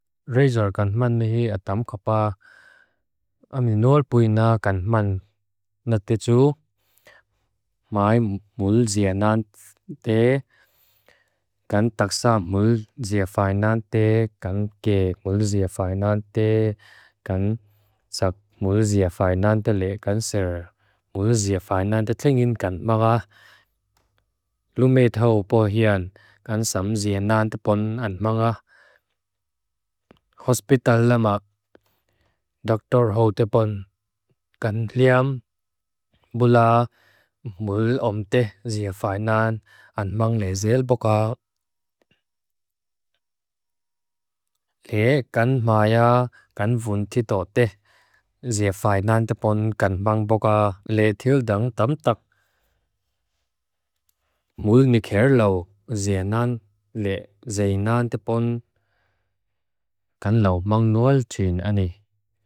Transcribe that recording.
Rejor kanthman ni atam khapa. Aminol puina kanthman. Natitu. Mae mul zia nante. Kan taksa mul zia fai nante. Kan ke mul zia fai nante. Kan sak mul zia fai nante le. Kan ser mul zia fai nante. Tlingin kanthmaga. Lume thau po hyan. Kan sam zia nante pon antmaga. Hospitalamak. Doktor ho te pon. Kan liam. Bula. Mul omte. Zia fai nante. Antmang le zel boka. He. Kan maya. Kan vunthito te. Zia fai nante pon. Kan mang boka. Le thildang tam tak. Mul nikher lo. Zia nante. Le zay nante pon. Kan law mang nual tun ane.